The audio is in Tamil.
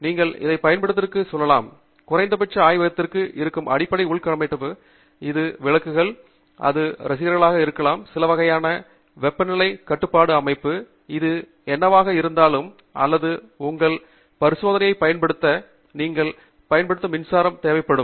நீங்கள் இதை பயன்பாட்டிற்கும் செல்லலாம் குறைந்தபட்சம் ஆய்வகத்தில் இருக்கும் அடிப்படை உள்கட்டமைப்புக்கு இது விளக்குகள் அது ரசிகர்களாக இருக்கலாம் சில வகையான வெப்பநிலை கட்டுப்பாட்டு அமைப்பு அது என்னவாக இருந்தாலும் அல்லது உங்கள் பரிசோதனையைப் பயன்படுத்த நீங்கள் பயன்படுத்தும் மின்சாரம் கூட தேவைப்படும்